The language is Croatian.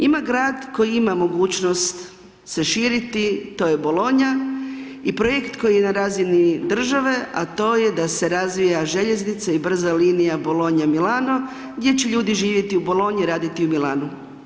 Ima grad koji ima mogućnost se širiti, to je Bologna i projekt koji je na razini države a to je da se razvija željeznica i brza linija Bologna – Milano gdje će ljudi živjeti u Bologni, raditi u Milanu.